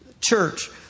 church